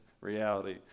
reality